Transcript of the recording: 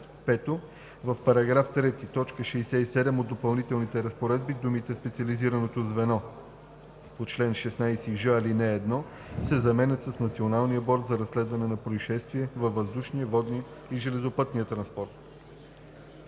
5. В § 3, т. 67 от допълнителните разпоредби думите „специализираното звено по чл. 16ж, ал. 1“ се заменят с „Националния борд за разследване на произшествия във въздушния, водния и железопътния транспорт“.“